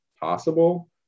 possible